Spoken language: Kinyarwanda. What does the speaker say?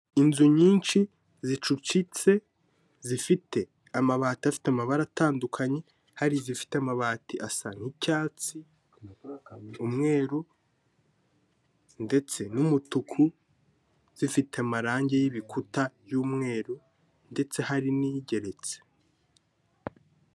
Inzu nyinshi zicucitse zifite amabati afite amabara atandukanye, hari i zifite amabati asa nk'icyatsi, umweru ndetse n'umutuku, zifite amarangi y'ibikuta by'umweru ndetse hari n'igeretse.